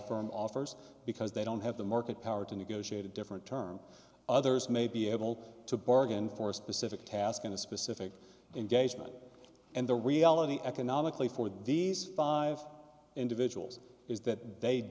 firm offers because they don't have the market power to negotiate a different term others may be able to bargain for a specific task in a specific engagement and the reality economically for these five individuals is that they